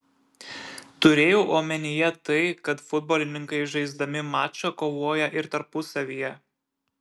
turėjau omenyje tai kad futbolininkai žaisdami mačą kovoja ir tarpusavyje